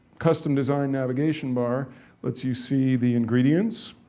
custom designed navigation bar lets you see the ingredients,